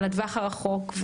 לטווח הרחוק,